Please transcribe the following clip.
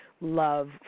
love